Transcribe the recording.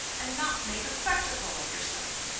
and not make a spectacle of yourself.